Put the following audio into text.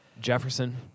Jefferson